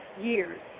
years